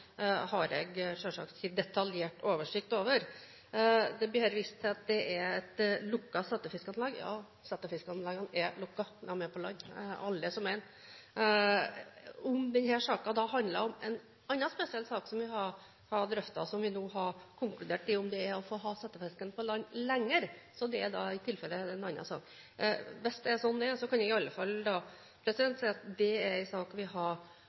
har jeg selvsagt ikke detaljert oversikt over. Det blir her vist til at det er et lukket settefiskanlegg. Ja – settefiskanleggene er lukket, de er på land alle som ett. Om denne saken da handler om en annen spesiell sak som vi har drøftet, og som vi nå har konkludert i – om å få ha settefisken på land lenger – er da det i tilfelle en annen sak. Hvis det er sånn, kan jeg i alle fall si at det er en sak vi har